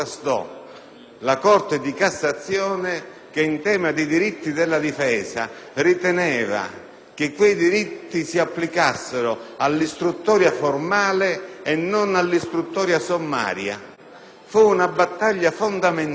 la Corte di cassazione che, in tema di diritti della difesa, riteneva che quei diritti si applicassero all'istruttoria formale e non all'istruttoria sommaria. Fu una battaglia fondamentale,